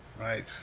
Right